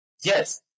yes